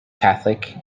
catholic